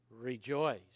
rejoice